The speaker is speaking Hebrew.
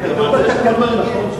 זה כתוב בתקנון, נכון?